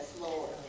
Lord